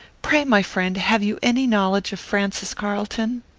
pray, my friend, have you any knowledge of francis carlton?